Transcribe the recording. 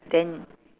then